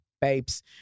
babes